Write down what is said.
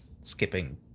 skipping